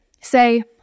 Say